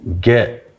get